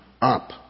up